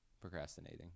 Procrastinating